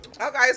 Okay